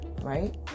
right